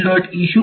વિદ્યાર્થી 0